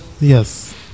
Yes